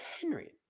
Henry